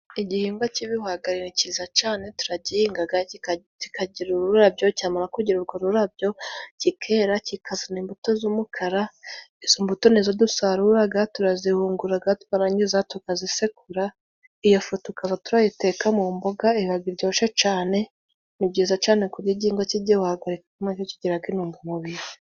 Igihingwa k'ibihwagari ni ciza cane turagihingaga kikagira ururabyo cyamara kugira urwo rurabyo kikera kikazana imbuto z'umukara, izo mbuto nizo dusaruraga turazihunguraga twarangiza tukazisekura iyo fu tukaba turayiteka mu mboga ibaga iryoshe cane, ni byiza cane kurya igihingwa k'igihwagari kuberako kigiraga intungamubiri.